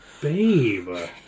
Babe